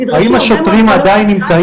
נדרשו הרבה מאוד --- האם השוטרים עדיין נמצאים